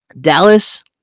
Dallas